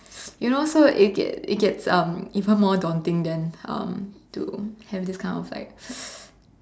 you know so it gets it gets even more taunting then to have this kind of like